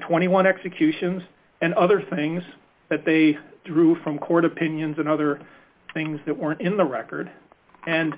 twenty one executions and other things that they drew from court opinions and other things that weren't in the record and